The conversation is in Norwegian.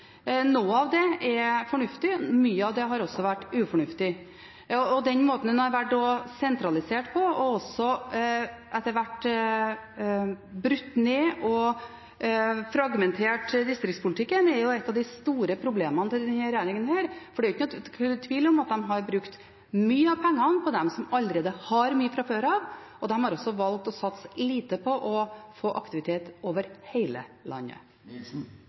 Noe av det er fornuftig, mye av det har også vært ufornuftig. Den måten en har valgt å sentralisere på, og også etter hvert brutt ned og fragmentert distriktspolitikken, er et av de store problemene til denne regjeringen. Det er ikke tvil om at de har brukt mye av pengene på dem som allerede har mye fra før. De har også valgt å satse lite på å få aktivitet over hele landet.